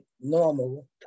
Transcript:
normal